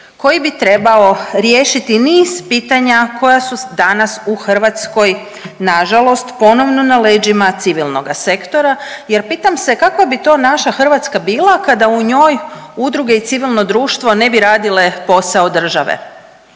koji bi trebao riješiti niz pitanja koja su danas u Hrvatskoj nažalost ponovno na leđima civilnoga sektora jer pitam se kakva bi to naša Hrvatska bila kada u njoj udruge i civilno društvo ne bi radile posao države,